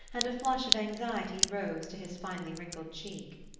and a flush of anxiety rose to his finely-wrinkled cheek.